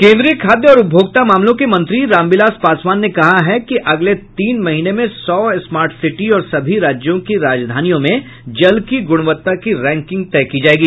केन्द्रीय खाद्य और उपभोक्ता मामलों के मंत्री रामविलास पासवान ने कहा है कि अगले तीन महीने में सौ स्मार्ट सिटी और सभी राज्यों की राजधानियों में जल की गुणवत्ता की रैंकिंग तय की जायेगी